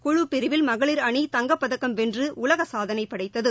குழு பிரிவில் மகளிர் அணி தங்கப்பதக்கம் வென்றுஉலகசாதனைபடைத்தது